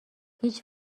هیچ